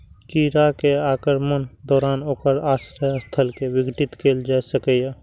कीड़ा के आक्रमणक दौरान ओकर आश्रय स्थल कें विघटित कैल जा सकैए